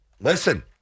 Listen